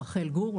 רצון,